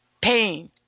Pain